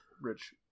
rich